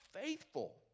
faithful